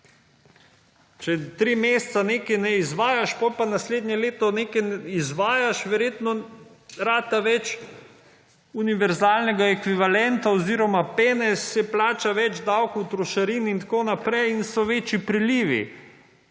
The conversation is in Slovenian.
Če tri meseca nekaj ne izvajaš, potem pa naslednje leto nekaj izvajaš verjetno rata več univerzalnega ekvivalenta oziroma penez se plača, več davkov, trošarin in tako naprej in so večji prelivi